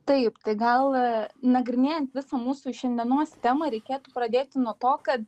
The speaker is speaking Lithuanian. taip tai gal nagrinėjant visą mūsų šiandienos temą reikėtų pradėti nuo to kad